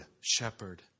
shepherd